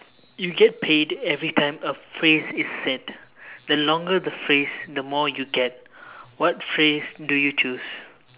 you get paid every time a phrase is said the longer the phrase the more you get what phrase do you choose